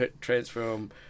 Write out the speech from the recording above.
transform